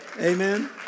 Amen